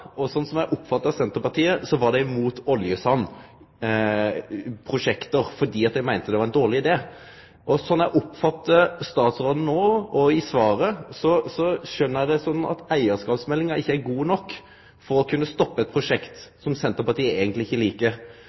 eg oppfatta Senterpartiet, var dei imot oljesandprosjekt, fordi dei meinte at det var ein dårleg idé. Slik eg oppfattar statsråden no i svaret, er ikkje eigarskapsmeldinga god nok for å kunne stoppe eit prosjekt som Senterpartiet eigenleg ikkje